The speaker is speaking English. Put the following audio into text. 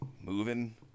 moving